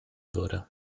würde